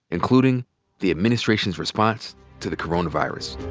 including the administration's response to the coronavirus.